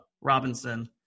Robinson